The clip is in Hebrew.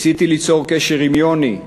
ניסיתי ליצור קשר עם יוני,